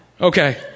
Okay